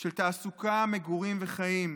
של תעסוקה, מגורים וחיים.